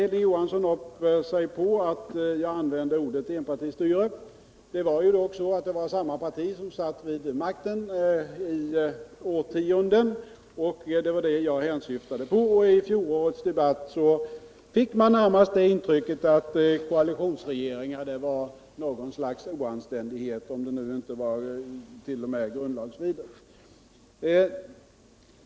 Hilding Johansson hängde upp sig på att jag använde ordet enpartistyre. Det var ju samma parti som satt vid makten i årtionden, och det var det jag hänsyftade på. I fjolårets debatt fick man det intrycket att koalitionsregeringar enligt socialdemokraternas uppfattning närmast är något slags oanständighet om intet.o.m. något gundlagsvidrigt.